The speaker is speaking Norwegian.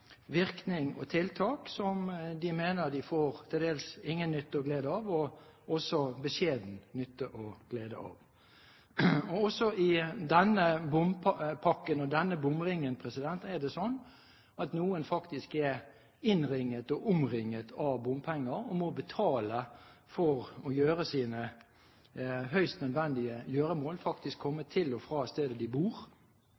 virkning og tiltak som man mener man får til dels ingen nytte og glede av, og også beskjeden nytte og glede av. Og også i denne bompakken og denne bomringen er det slik at noen faktisk er «innringet og omringet» av bompenger, og må betale for å gjøre sine høyst nødvendige gjøremål – faktisk for å komme